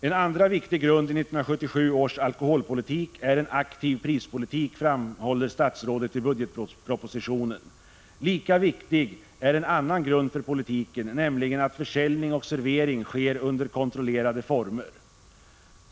En annan viktig grund i 1977 års alkoholpolitik är en aktiv prispolitik, framhåller statsrådet i budgetpropositionen. Lika viktig är en annan grund för politiken, nämligen att försäljning och servering sker under kontrollerade former.